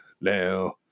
Now